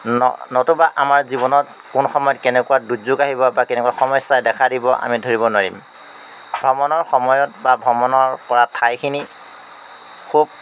নতুবা আমাৰ জীৱনত কোন সময়ত কেনেকুৱা দুৰ্যোগ আহিব বা কেনেকুৱা সমস্যাই দেখা দিব আমি ধৰিব নোৱাৰিম ভ্ৰমণৰ সময়ত বা ভ্ৰমণৰ পৰা ঠাইখিনি খুব